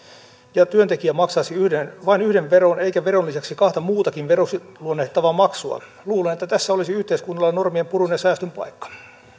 ja työntekijä maksaisi vain yhden veron eikä veron lisäksi kahta muutakin veroksi luonnehdittavaa maksua luulen että tässä olisi yhteiskunnalle normienpurun ja säästön paikka